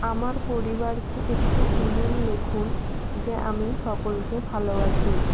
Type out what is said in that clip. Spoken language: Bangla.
আমার পরিবারকে একটি ইমেল লেখুন যে আমি সকলকে ভালোবাসি